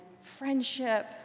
friendship